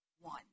One